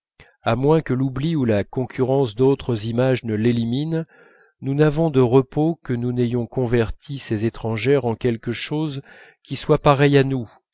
à moins que l'oubli ou la concurrence d'autres images ne l'élimine nous n'avons de repos que nous n'ayons converti ces étrangères en quelque chose qui soit pareil à nous